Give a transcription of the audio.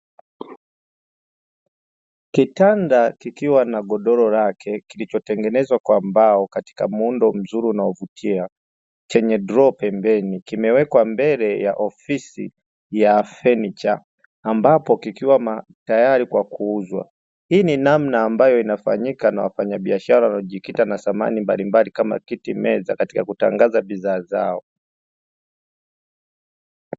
Kitanda kikiwa na godoro lake kilichotengenezwa kwa mbao katika muundo mzuri unaovutia chenye droo pembeni imewekwa mbele ya ofisi ya fanicha ambapo kikiwa tayari kwa kuuzwa. Hii ni Namba ambapo inafanyika na wafanya biashara waliojikita katika samani mbalimbali kama kiti, meza katika kutandaza bidhaa zao.